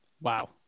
Wow